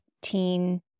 teen